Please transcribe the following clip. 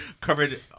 covered